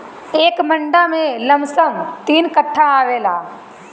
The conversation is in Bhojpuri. एक मंडा में लमसम तीन कट्ठा आवेला